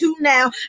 now